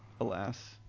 Alas